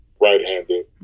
right-handed